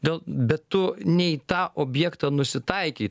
dėl bet tu ne į tą objektą nusitaikei